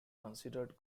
considered